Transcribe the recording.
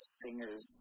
singers